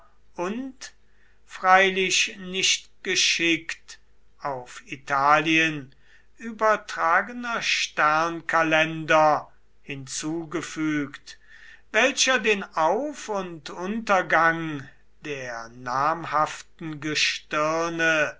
und freilich nicht geschickt auf italien übertragener sternkalender hinzugefügt welcher den auf und untergang der namhaften gestirne